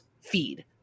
feed